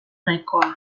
nahikoa